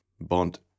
Bond